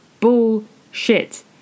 bullshit